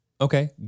Okay